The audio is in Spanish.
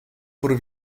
por